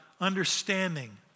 understanding